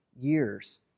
years